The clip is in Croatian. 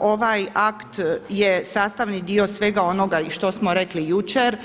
ovaj akt je sastavni dio svega onoga što smo rekli jučer.